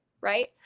Right